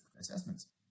assessments